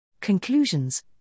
Conclusions